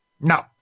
No